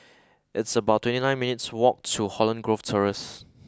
it's about twenty nine minutes' walk to Holland Grove Terrace